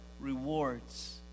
rewards